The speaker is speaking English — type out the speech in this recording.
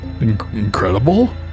incredible